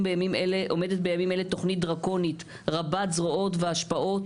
בימים אלה תוכנית דרקונית רבת זרועות והשפעות,